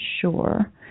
sure